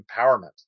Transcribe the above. empowerment